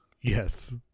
Yes